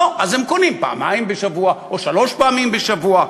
אז הם קונים פעמיים בשבוע או שלוש פעמים בשבוע.